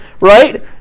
right